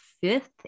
fifth